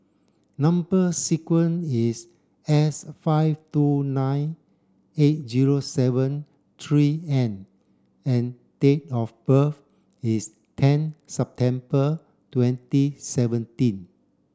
number sequence is S five two nine eight zero seven three N and date of birth is ten September twenty seventeen